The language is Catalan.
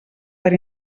per